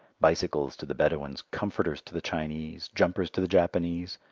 bicycles to the bedouins, comforters to the chinese, jumpers to the japanese,